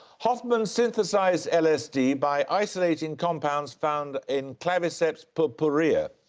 hofmann synthesised lsd by isolating compounds found in claviceps purpurea,